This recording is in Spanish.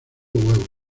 huevos